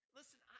Listen